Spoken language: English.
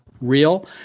real